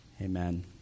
Amen